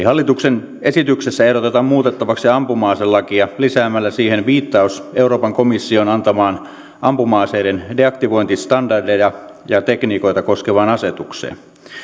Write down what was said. hallituksen esityksessä ehdotetaan muutettavaksi ampuma aselakia lisäämällä siihen viittaus euroopan komission antamaan ampuma aseiden deaktivointistandardeja ja tekniikoita koskevaan asetukseen